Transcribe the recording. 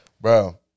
Bro